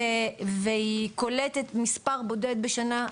והיא קולטת מספר בודד בשנה,